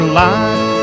life